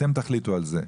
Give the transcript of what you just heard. אתם תחליטו על זה,